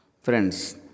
Friends